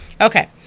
okay